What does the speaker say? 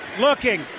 looking